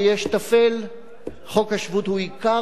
חוק השבות הוא עיקר העיקרים במדינת ישראל.